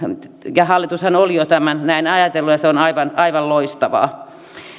hallitushan oli jo tämän näin ajatellut ja se on aivan aivan loistavaa